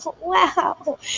Wow